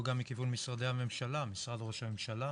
מכיוון משרדי הממשלה משרד ראש הממשלה,